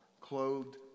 clothed